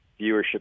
Viewership